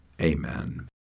Amen